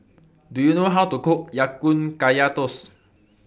Do YOU know How to Cook Ya Kun Kaya Toast